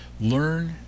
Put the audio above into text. learn